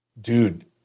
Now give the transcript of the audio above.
dude